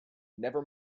never